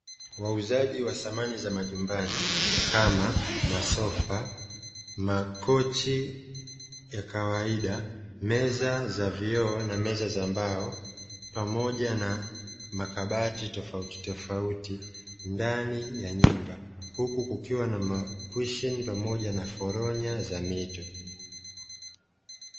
Wauzaji wa samani za majumbani kama: masofa, makochi ya kawaida, meza za vioo na meza za mbao, pamoja na makabati tofautitofauti, ndani ya nyumba. Huku kukiwa na makusheni pamoja na maforonya ya mito.